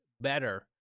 better